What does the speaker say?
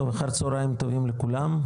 אחר צוהריים טובים לכולם,